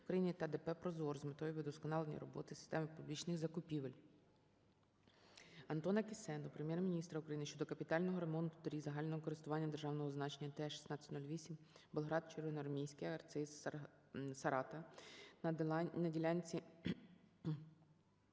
України та ДП "Прозорро" з метою вдосконалення роботи системи публічних закупівель. АнтонаКіссе до Прем'єр-міністра України щодо капітального ремонту доріг загального користування державного значення Т-1608 Болград - Червоноармійське - Арциз - Сарата" (на ділянці